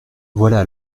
voilà